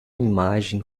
imagem